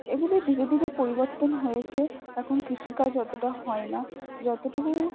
এগুলি ধীরে ধীরে পরিবর্তন হয়েছে এখন কৃষিকাজ অতটা হয় না যতটুকু